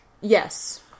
Yes